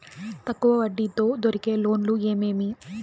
తక్కువ వడ్డీ తో దొరికే లోన్లు ఏమేమి